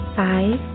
five